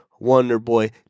Wonderboy